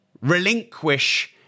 relinquish